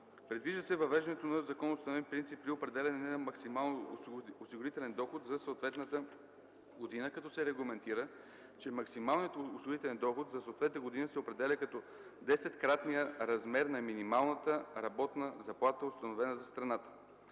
Предвижда се въвеждането на законоустановен принцип при определяне на максималния осигурителен доход за съответната година, като се регламентира, че максималният осигурителен доход за съответната година се определя като 10-кратния размер на минималната работна заплата, установена за страната.